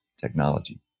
technology